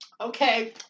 okay